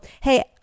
Hey